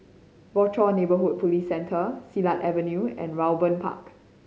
Rochor Neighborhood Police Centre Silat Avenue and Raeburn Park